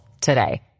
today